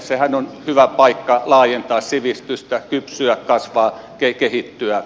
sehän on hyvä paikka laajentaa sivistystä kypsyä kasvaa kehittyä